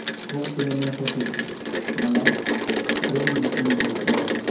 screw पेरण्यासाठी मला drill machine घ्यायचे आहे